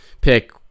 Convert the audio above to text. pick